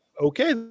okay